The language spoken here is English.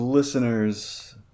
Listeners